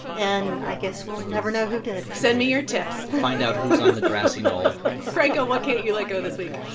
and i guess we'll never know who did send me your tips we'll find out who's on the grassy knoll franco, what can't you let go this week?